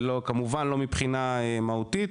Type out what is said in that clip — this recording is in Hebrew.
ולא כמובן לא מבחינה מהותית,